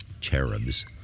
cherubs